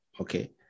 Okay